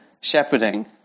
shepherding